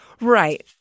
Right